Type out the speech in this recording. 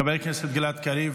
חבר הכנסת גלעד קריב,